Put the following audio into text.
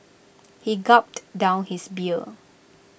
he gulped down his beer